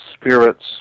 spirits